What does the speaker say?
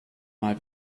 mal